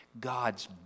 God's